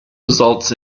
results